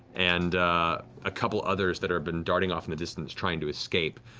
and a couple others that have been darting off in the distance, trying to escape,